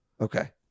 Okay